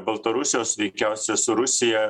baltarusijos veikiausia su rusija